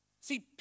See